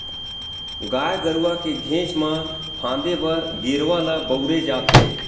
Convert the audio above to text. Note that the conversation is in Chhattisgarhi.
गाय गरुवा के घेंच म फांदे बर गेरवा ल बउरे जाथे